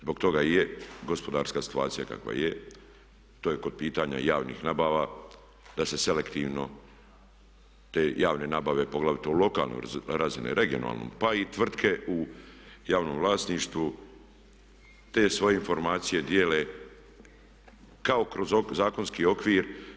Zbog toga i je gospodarska situacija kakva je, to je kod pitanja javnih nabava da se selektivno te javne nabave, poglavito u lokalnoj razini, regionalnom, pa i tvrtke u javnom vlasništvu te svoje informacije dijele kao kroz zakonski okvir.